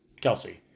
Kelsey